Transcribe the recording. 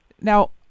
Now